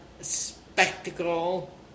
spectacle